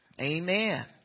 Amen